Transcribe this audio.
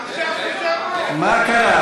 עכשיו, מה קרה?